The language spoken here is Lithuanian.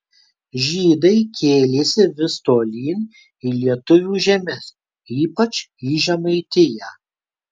žydai kėlėsi vis tolyn į lietuvių žemes ypač į žemaitiją